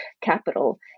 capital